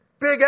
Big